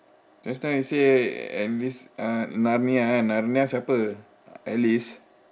just now you say uh this uh narnia kan narnia siapa alice